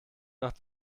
nach